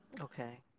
Okay